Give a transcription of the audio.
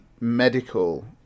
medical